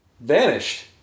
vanished